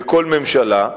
בכל ממשלה,